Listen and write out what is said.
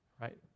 right